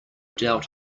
doubt